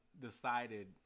decided